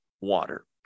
water